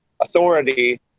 authority